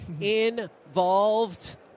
involved